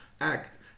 act